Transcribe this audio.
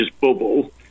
bubble